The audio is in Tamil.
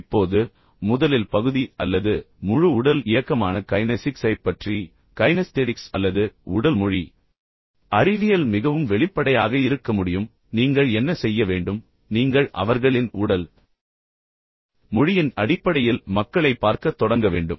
இப்போது முதலில் பகுதி அல்லது முழு உடல் இயக்கமான கைனெசிக்ஸைப் பற்றி கைனெஸ்தெடிக்ஸ் அல்லது உடல் மொழி அறிவியல் மிகவும் வெளிப்படையாக இருக்க முடியும் நீங்கள் என்ன செய்ய வேண்டும் நீங்கள் அவர்களின் உடல் மொழியின் அடிப்படையில் மக்களைப் பார்க்கத் தொடங்க வேண்டும்